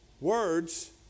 words